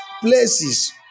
places